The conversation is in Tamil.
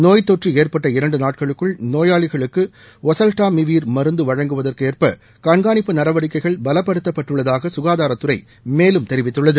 நோய்த்தொற்று ஏற்பட்ட இரண்டு நாட்களுக்குள் நோயாளிகளுக்கு ஒசவ்டாமிவீர் மருந்து வழங்குவதற்கு ஏற்ப கண்காணிப்பு நடவடிக்கைகள் பலப்படுத்தப்பட்டுள்ளதாக ககாதாரத்துறை மேலும் தெரிவித்துள்ளது